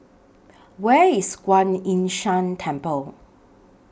Where IS Kuan Yin San Temple